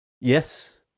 Yes